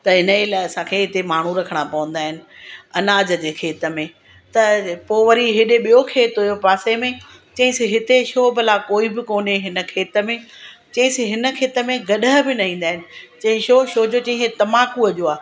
त हिन ए लाइ असांखे हिते माण्हू रखणा पवंदा आहिनि अनाज जे खेत में त पोइ वरी एॾे ॿियो खेत हुयो पासे में चंईसि हिते छो भला कोई बि कोन्हे हिन खेत में चंईसि हिन खेत में गॾह बि न ईंदा आहिनि चंई छो छोजो चंई हे तम्बाकूअ जो आहे